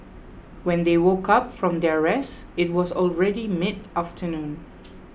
when they woke up from their rest it was already mid afternoon